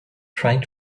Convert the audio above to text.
trying